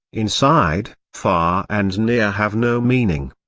inside, far and near have no meaning.